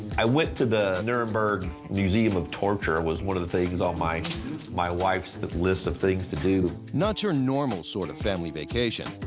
i went to the nuremberg museum of torture. it was one of the things on my my wife's list of things to do. narrator not your normal sort of family vacation,